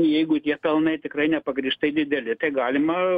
jeigu tie pelnai tikrai nepagrįstai dideli tai galima